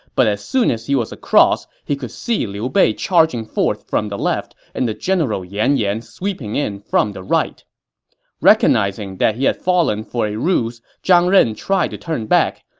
but as soon as he was across, he could see liu bei charging forth from the left and the general yan yan sweeping in from the right recognizing that he had fallen for a ruse, zhang ren tried to turn back,